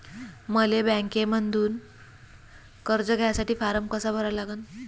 मले बँकेमंधून कर्ज घ्यासाठी फारम कसा भरा लागन?